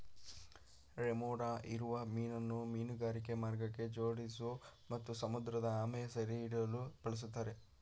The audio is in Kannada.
ರೆಮೊರಾ ಹೀರುವ ಮೀನನ್ನು ಮೀನುಗಾರಿಕಾ ಮಾರ್ಗಕ್ಕೆ ಜೋಡಿಸೋ ಮತ್ತು ಸಮುದ್ರಆಮೆ ಸೆರೆಹಿಡಿಯಲು ಬಳುಸ್ತಾರೆ